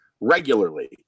regularly